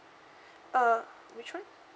uh which one